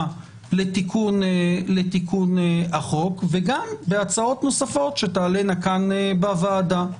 לתיקון החוק וגם בהצעות נוספות שתעלינה כאן בוועדה.